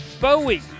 Bowie